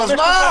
נו אז מה?